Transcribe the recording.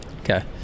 Okay